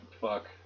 fuck